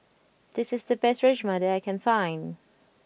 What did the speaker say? this is the best Rajma that I can find